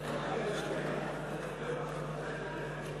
התשע"ג 2013, לוועדת הכלכלה נתקבלה.